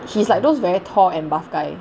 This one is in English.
he's like those very tall and buff guy